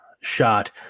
shot